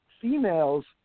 females